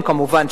כמובן,